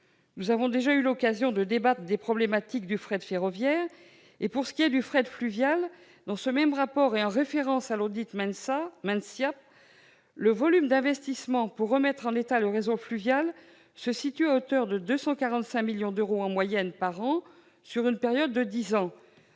Nous avons déjà eu l'occasion de débattre des problématiques du fret ferroviaire. Pour ce qui est du fret fluvial, ce même rapport, faisant référence à l'audit réalisé par MENSIA Conseil, évalue le volume d'investissement pour remettre en état le réseau fluvial à hauteur de 245 millions d'euros en moyenne par an sur une période de dix ans.